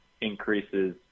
increases